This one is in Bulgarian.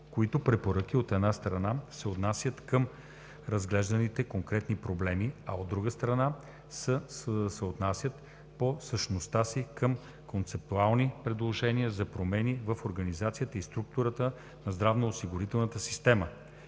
които препоръки, от една страна, се отнасят към разглежданите конкретни проблеми, а от друга страна, се съотнасят по същността си към концептуални предложения за промени в организацията и структурата на здравноосигурителната система,